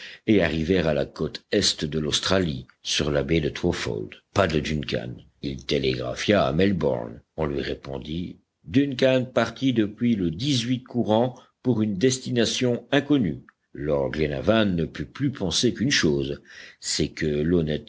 et arriver à la côte est de l'australie sur la baie de twofold pas de duncan il télégraphia à melbourne on lui répondit duncan parti depuis le courant pour une destination inconnue lord glenarvan ne put plus penser qu'une chose c'est que